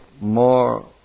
More